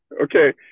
Okay